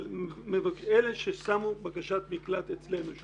אלה שהגישו בקשת מקלט אלינו.